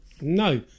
No